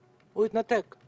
איך יכול